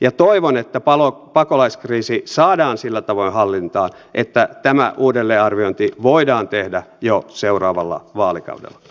ja toivon että pakolaiskriisi saadaan sillä tavoin hallintaan että tämä uudelleenarviointi voidaan tehdä jo seuraavalla vaalikaudella